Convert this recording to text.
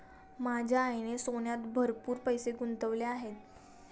माझ्या आईने सोन्यात भरपूर पैसे गुंतवले आहेत